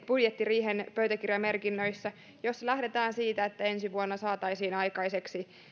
budjettiriihen pöytäkirjamerkinnöissä lähdetään siitä että ensi vuonna saataisiin aikaiseksi